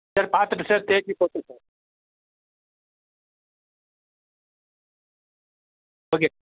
sir பார்த்துட்டு sir தேய்ச்சி போட்டேன் சார் ஓகே